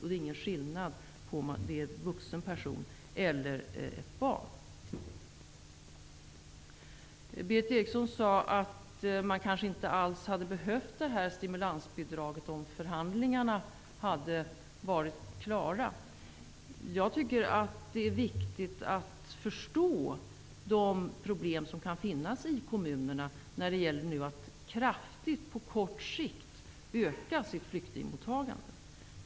Det görs ingen skillnad på om det är en vuxen person eller ett barn. Berith Eriksson sade att stimulansbidraget kanske inte hade behövts om förhandlingarna hade varit klara. Jag tycker att det är viktigt att förstå de problem som kan finnas i kommunerna i fråga om att på kort sikt kraftigt öka flyktingmottagandet.